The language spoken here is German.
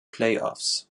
playoffs